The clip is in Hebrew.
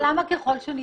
אז למה ככל שניתן?